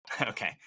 Okay